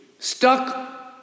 Stuck